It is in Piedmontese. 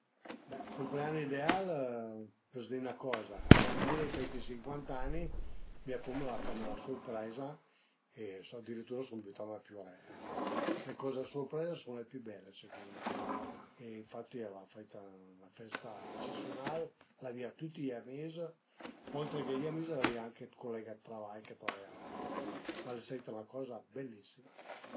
Be cumpleani ideal, pös di 'na coza, che cuandi mi l'ai fait i sincuant ani, mia fumna al a fame la sürpreiza e adiritüra sun bütame a piuré ecco, le coze a sürpreiza a sun le pi bele secund mi e infatti al a fait 'na festa ecesiunal, al i avìa tüti i amis, oltre chë i amis, al avìa anche culega d'travai che travaiava ën FIAT, ma al e staita 'na coza bellissima